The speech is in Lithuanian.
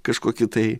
kažkokį tai